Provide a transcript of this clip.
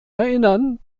erinnern